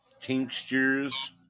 tinctures